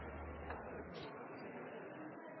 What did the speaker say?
det gjelder dem